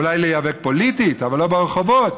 אולי להיאבק פוליטית, אבל לא ברחובות.